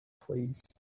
Please